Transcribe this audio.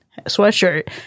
sweatshirt